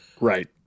Right